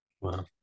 wow